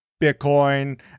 Bitcoin